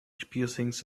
piercings